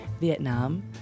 Vietnam